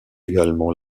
également